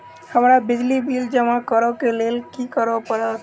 हमरा बिजली बिल जमा करऽ केँ लेल की करऽ पड़त?